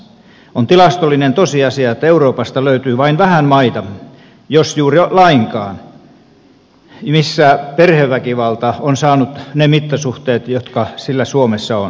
on tilastollinen tosiasia että euroopasta löytyy vain vähän maita jos juuri lainkaan missä perheväkivalta on saanut ne mittasuhteet jotka sillä suomessa on